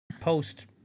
post